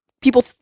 people